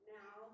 now